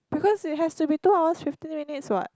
because it has to be two hours fifteen minutes [what]